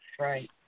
Right